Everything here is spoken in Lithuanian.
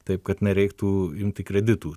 taip kad nereiktų imti kreditų